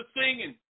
singing